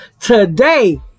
today